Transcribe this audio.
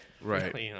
right